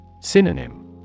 Synonym